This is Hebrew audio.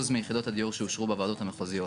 מיחידות הדיור שאושרו בוועדות המחוזיות,